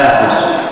מאה אחוז.